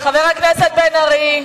חבר הכנסת בן-ארי,